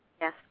Yes